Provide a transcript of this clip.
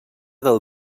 del